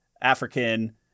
African